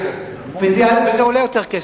וזה עולה יותר.